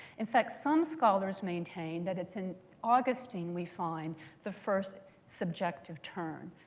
in fact, some scholars maintain that it's in augustine we find the first subjective turn,